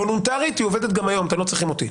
כוולונטרית היא עובדת גם היום אתם לא צריכים אותי.